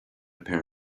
pair